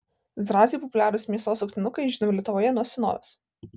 zrazai populiarūs mėsos suktinukai žinomi lietuvoje nuo senovės